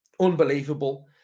Unbelievable